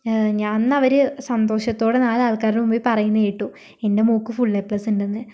അന്നവര് സന്തോഷത്തോടെ നാലാൾക്കാരുടെ മുമ്പിൽ പറയുന്നത് കേട്ടു എൻ്റെ മകൾക്ക് ഫുൾ എ പ്ലസ് ഉണ്ടെന്ന്